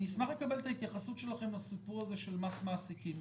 אני אשמח לקבל את ההתייחסות שלכם לסיפור הזה של מס מעסיקים.